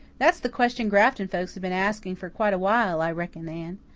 that's the question grafton folks have been asking for quite a while, i reckon, anne.